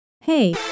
Hey